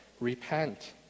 Repent